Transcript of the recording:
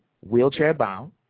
wheelchair-bound